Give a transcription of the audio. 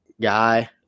guy